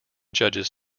judges